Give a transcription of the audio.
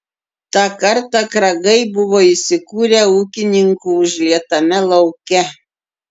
tą kartą kragai buvo įsikūrę ūkininkų užlietame lauke